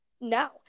No